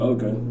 Okay